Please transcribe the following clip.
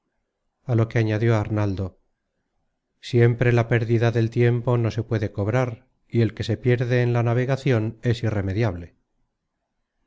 a lo que añadió arnaldo siempre la pérdida del tiempo no se puede cobrar y el que se pierde en la navegacion es irremediable